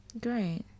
Great